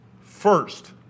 First